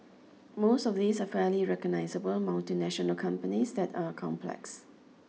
most of these are fairly recognisable multinational companies that are complex